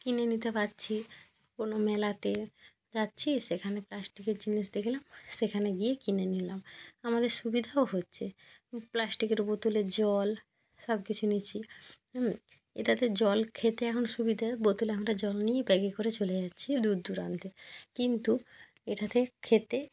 কিনে নিতে পাচ্ছি কোনো মেলাতে যাচ্ছি সেখানে প্লাস্টিকের জিনিস দেখলাম সেখানে গিয়েই কিনে নিলাম আমাদের সুবিধাও হচ্ছে প্লাস্টিকের বোতলে জল সব কিছু নিচ্ছি এটাতে জল খেতে এখন সুবিধে বোতলে এখন একটা জল নিয়ে ব্যাগে করে চলে যাচ্ছি দূর দূরান্তে কিন্তু এটাতে খেতে